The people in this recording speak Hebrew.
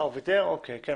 בסדר.